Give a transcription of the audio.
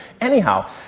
Anyhow